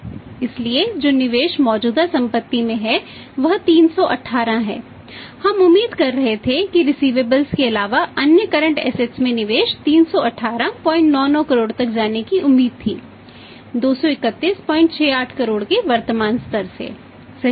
इसलिए जो निवेश मौजूदा संपत्ति में था वह 318 है हम उम्मीद कर रहे थे कि रिसिवेबल्स में निवेश 31899 करोड़ तक जाने की उम्मीद थी 23168 करोड़ के वर्तमान स्तर से सही